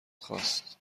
خواست